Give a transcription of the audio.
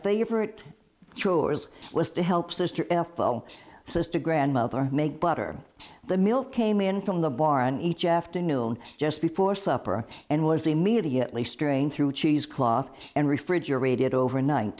favorite chores list to help sister f l sister grandmother make butter the milk came in from the barn each afternoon just before supper and was immediately strained through a cheese cloth and refrigerated overnight